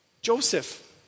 Joseph